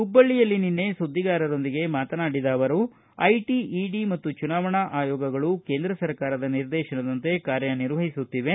ಹುಬ್ಬಳ್ಳಿಯಲ್ಲಿ ನಿನ್ನೆ ಸುದ್ವಿಗಾರರೊಂದಿಗೆ ಮಾತನಾಡಿದ ಅವರು ಐಟಿ ಇಡಿ ಮತ್ತು ಚುನಾವಣಾ ಆಯೋಗಗಳು ಕೇಂದ್ರ ಸರ್ಕಾರದ ನಿರ್ದೇಶನದಂತೆ ಕಾರ್ಯ ನಿರ್ವಹಿಸುತ್ತಿವೆ